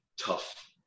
tough